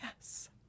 yes